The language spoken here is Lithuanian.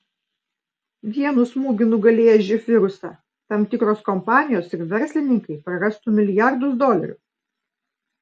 vienu smūgiu nugalėję živ virusą tam tikros kompanijos ir verslininkai prarastų milijardus dolerių